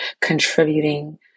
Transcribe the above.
contributing